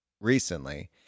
recently